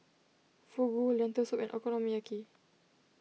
Fugu Lentil Soup and Okonomiyaki